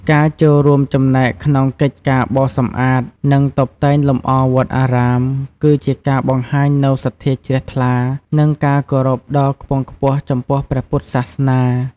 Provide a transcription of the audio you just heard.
ការចូលរួមចំណែកក្នុងកិច្ចការបោសសម្អាត និងតុបតែងលម្អវត្តអារាម គឺជាការបង្ហាញនូវសទ្ធាជ្រះថ្លា និងការគោរពដ៏ខ្ពង់ខ្ពស់ចំពោះព្រះពុទ្ធសាសនា។